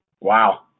Wow